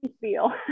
feel